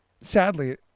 Sadly